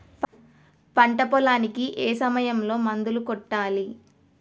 పంట పొలానికి ఏ సమయంలో మందులు కొట్టాలి?